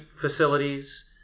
facilities